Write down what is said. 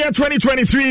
2023